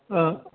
ओ